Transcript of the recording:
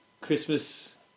Christmas